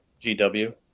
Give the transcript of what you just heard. GW